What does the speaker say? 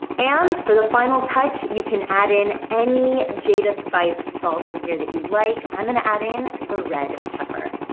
and for the final touch, you can add in any jada spice salt in here that you'd like. i'm going to add in the red pepper.